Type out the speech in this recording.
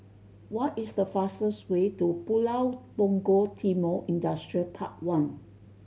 what is the fastest way to Pulau Punggol Timor Industrial Park One